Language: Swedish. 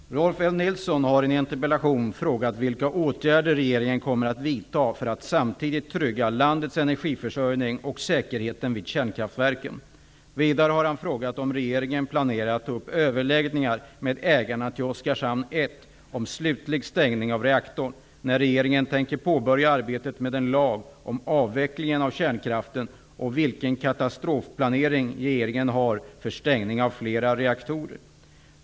Herr talman! Rolf L Nilsson har i en interpellation frågat vilka åtgärder regeringen kommer att vidta för att samtidigt trygga landets energiförsörjning och säkerheten vid kärnkraftverken. Vidare har han frågat om regeringen planerar att ta upp överläggningar med ägarna till Oskarshamn 1 om slutlig stängning av reaktorn, när regeringen tänker påbörja arbetet med en lag om avvecklingen av kärnkraften och vilken katastrofplanering regeringen har för stängning av flera reaktorer.